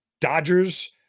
Dodgers